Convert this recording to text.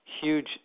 huge